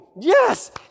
Yes